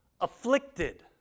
afflicted